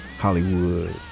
Hollywood